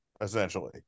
Essentially